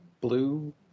blue